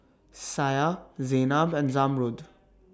Syah Zaynab and Zamrud